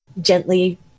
gently